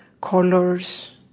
colors